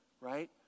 right